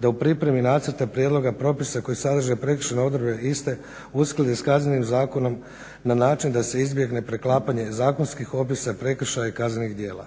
da u pripremi nacrta prijedloga propisa koji sadrže prekršajne odredbe iste uskladi s Kaznenim zakonom na način da se izbjegne preklapanje zakonskih opisa prekršaja i kaznenih djela.